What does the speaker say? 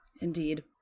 indeed